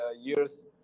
years